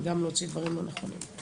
וגם להוציא דברים לא נכונים.